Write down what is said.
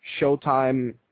Showtime